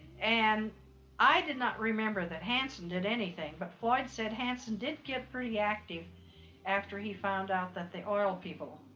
and i did not remember that hansen did anything, but floyd said hansen did get pretty active after he found out that the oil people,